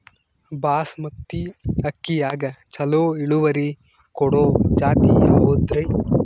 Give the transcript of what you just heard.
ಬಾಸಮತಿ ಅಕ್ಕಿಯಾಗ ಚಲೋ ಇಳುವರಿ ಕೊಡೊ ಜಾತಿ ಯಾವಾದ್ರಿ?